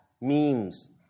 memes